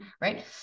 right